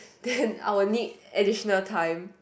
then I'll need additional time